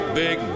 big